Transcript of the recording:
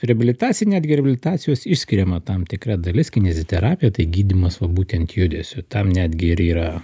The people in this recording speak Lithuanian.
reabilitacija netgi reabilitacijos išskiriama tam tikra dalis kineziterapija tai gydymas būtent judesiu tam netgi ir yra